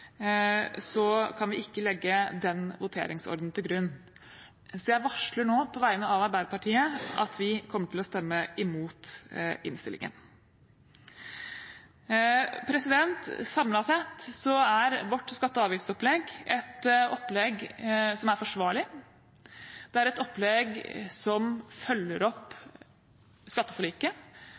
kan vi ikke legge den voteringsordenen til grunn. Så jeg varsler nå, på vegne av Arbeiderpartiet, at vi kommer til å stemme imot innstillingen. Samlet sett er vårt skatte- og avgiftsopplegg et opplegg som er forsvarlig. Det er et opplegg som følger opp skatteforliket